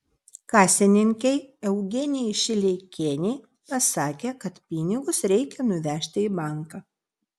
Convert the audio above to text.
kasininkei eugenijai šileikienei pasakė kad pinigus reikia nuvežti į banką